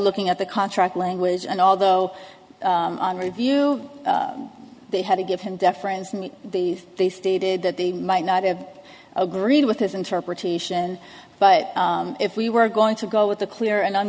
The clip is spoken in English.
looking at the contract language and although on review they had to give him deference they stated that they might not have agreed with his interpretation but if we were going to go with a clear and